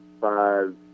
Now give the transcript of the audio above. five